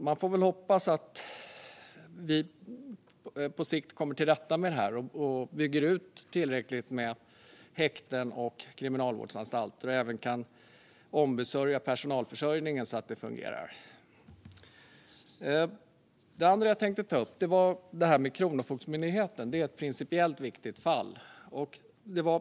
Man får hoppas att vi på sikt kommer till rätta med det och bygger ut tillräckligt med häkten och kriminalvårdsanstalter och även kan ombesörja personalförsörjningen så att det fungerar. Det andra jag tänkte ta upp är Kronofogdemyndigheten. Det är ett principiellt viktigt fall.